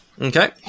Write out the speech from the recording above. Okay